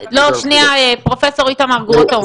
לא, שנייה, פרופ' איתמר גרוטו.